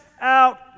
out